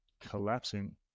collapsing